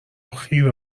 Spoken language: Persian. خیره